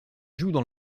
jouent